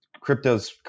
crypto's